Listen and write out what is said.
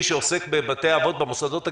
שעוסק בבתי האבות במוסדות הגריאטריים,